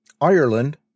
Ireland